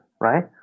right